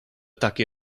takie